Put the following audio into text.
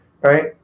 right